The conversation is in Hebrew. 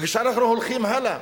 וכשאנחנו הולכים הלאה,